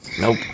Nope